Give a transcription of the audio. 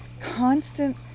constant